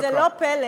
זה לא פלא,